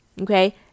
okay